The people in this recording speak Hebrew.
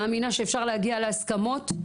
מאמינה שאפשר להגיע להסכמות,